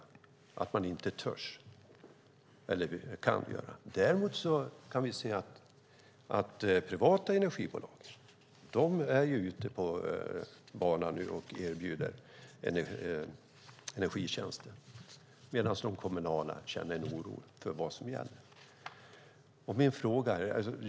Man törs eller kan inte göra något. Så tolkar jag det. Däremot kan vi se att privata energibolag är ute på banan och erbjuder energitjänster medan de kommunala känner en oro för vad som gäller.